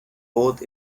both